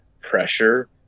pressure